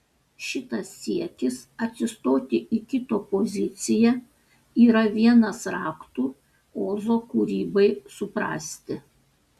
šitas siekis atsistoti į kito poziciją yra vienas raktų ozo kūrybai suprasti